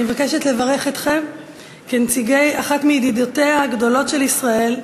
אני מבקשת לברך אתכם כנציגי אחת מידידותיה הגדולות של ישראל,